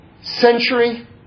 Century